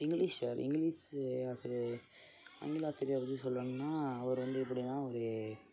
English sir English ஆசிரியர் ஆங்கில ஆசிரியர் பற்றி சொல்லணுன்னால் அவர் வந்து எப்படினா ஒரு